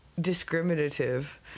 discriminative